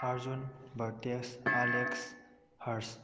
ꯑꯥꯔꯖꯨꯟ ꯕꯦꯔꯇꯦꯛꯁ ꯑꯥꯂꯦꯛꯁ ꯍꯔꯁ